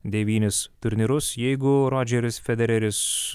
devynis turnyrus jeigu rodžeris federeris